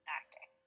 acting